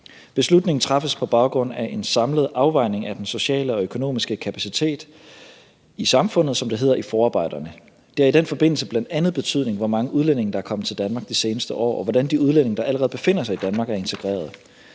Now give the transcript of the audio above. Beslutningen træffes på baggrund af en samlet afvejning af den sociale og økonomiske kapacitet i samfundet, som det hedder i forarbejderne. Det har i den forbindelse bl.a. betydning, hvor mange udlændinge der er kommet til Danmark de seneste år, og hvordan de udlændinge, der allerede befinder sig i Danmark, er integreret.